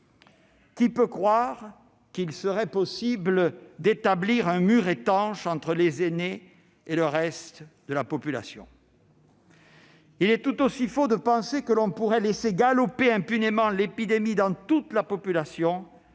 Qui peut croire qu'il serait possible d'établir un mur étanche entre les aînés et le reste de la population ? Il est tout aussi faux de penser que l'on pourrait laisser galoper impunément l'épidémie dans toute la population